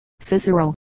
Cicero